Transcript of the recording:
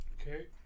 Okay